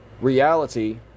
reality